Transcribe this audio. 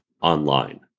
online